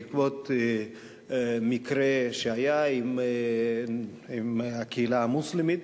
בעקבות מקרה שהיה עם הקהילה המוסלמית,